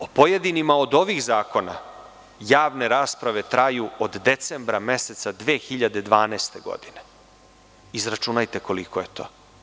O pojedinim od ovih zakona, javne rasprave traju od decembra meseca 2012. godine, izračunajte koliko je to.